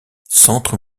centre